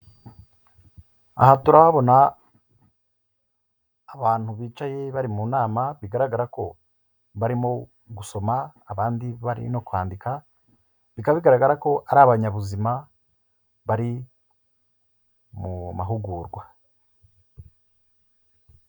Aha turabona, abantu bicaye bari mu nama, bigaragara ko barimo gusoma, abandi barimo kwandika, bikaba bigaragara ko, ari abanyabuzima bari mu mahugurwa.